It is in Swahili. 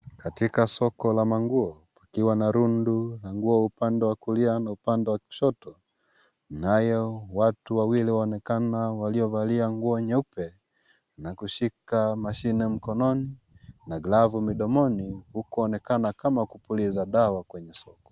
Katika soko la manguo, kukiwa na rundu la nguo upande wa kulia na upande wa kushoto. Nayo watu wawili waonekana waliovalia nguo nyeupe, na kushika mashine mkononi, na glavu midomoni, huku waonekana kama kupuliza dawa kwenye soko.